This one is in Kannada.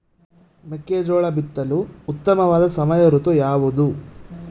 ಮೆಕ್ಕೆಜೋಳ ಬಿತ್ತಲು ಉತ್ತಮವಾದ ಸಮಯ ಋತು ಯಾವುದು?